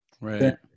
Right